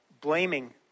Blaming